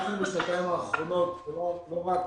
בשנתיים האחרונות אנחנו לא רק